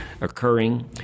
occurring